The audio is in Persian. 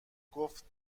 گفته